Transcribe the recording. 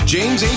James